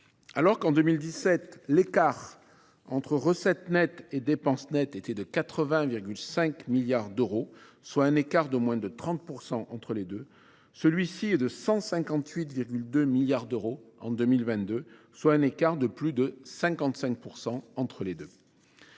Alors que l’écart entre recettes nettes et dépenses nettes était de 80,5 milliards d’euros en 2017, soit un écart de moins de 30 % entre les deux, celui ci est de 158,2 milliards d’euros en 2022, soit un écart de plus de 55 % entre les deux.